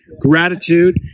gratitude